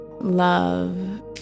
love